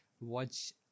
watch